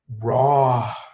raw